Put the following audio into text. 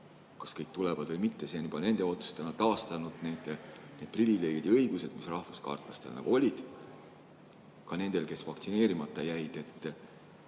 Kas kõik tulevad või mitte, see on juba nende otsus, aga on taastatud need privileegid ja õigused, mis neil rahvuskaartlastena olid, ka nendel, kes vaktsineerimata jäid.